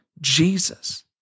Jesus